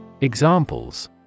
Examples